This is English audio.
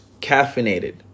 caffeinated